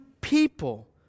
people